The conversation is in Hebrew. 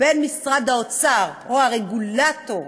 בין משרד האוצר, או הרגולטור,